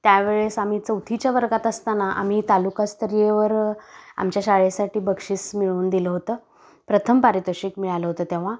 त्यावेळेस आम्ही चौथीच्या वर्गात असताना आम्ही तालुकास्तरीयवर आमच्या शाळेसाठी बक्षीस मिळवून दिलं होतं प्रथम पारितोषिक मिळालं होतं तेव्हा